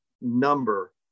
number